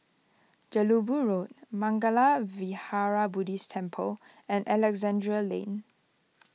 Jelebu Road Mangala Vihara Buddhist Temple and Alexandra Lane